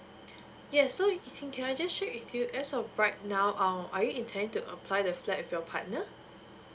yes okay can I just check with you as of right now um are you intend to apply the flat with your partner